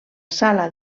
sala